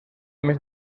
més